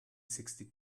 sixty